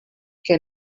que